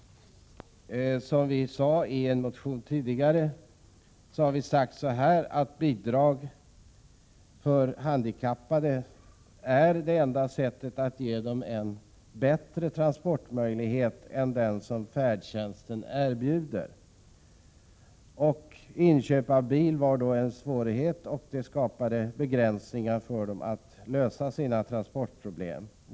I en motion har vi tidigare sagt att bidrag till handikappade är det enda sättet att ge dem en bättre transportmöjlighet än den som färdtjänsten erbjuder. Svårigheterna att inköpa bil har skapat begränsningar i deras möjligheter att lösa sina transportproblem.